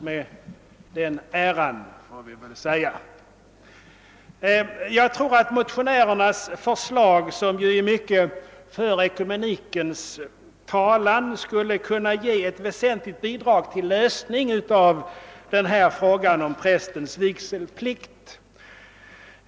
Motionärernas förslag, som i mycket för ekumenikens talan, skulle kunna ge ett väsentligt bidrag till lösningen av frågan om prästens vigselplikt.